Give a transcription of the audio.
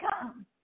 come